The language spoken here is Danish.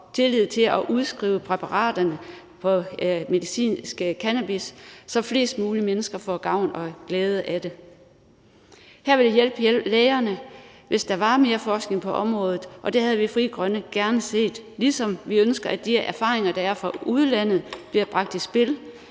og tillid til at udskrive præparater med medicinsk cannabis, så flest mulige mennesker får gavn og glæde af det. Her ville det hjælpe lægerne, hvis der var mere forskning på området, og det havde vi i Frie Grønne gerne set, ligesom vi ønsker, at de erfaringer, der er fra udlandet, bliver bragt i spil,